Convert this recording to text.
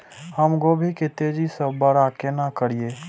हम गोभी के तेजी से बड़ा केना करिए?